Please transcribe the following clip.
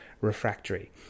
refractory